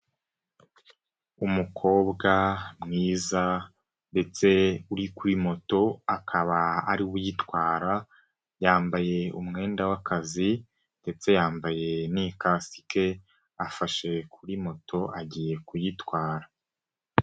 Umukobwa mwiza ndetse uri kuri moto, akaba ariwe uyitwara, yambaye umwenda w'akazi ndetse yambaye n'ikasike, afashe kuri moto agiye kuyitwara.